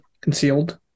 concealed